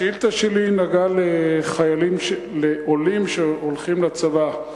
השאילתא שלי נגעה לעולים שהולכים לצבא.